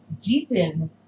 deepen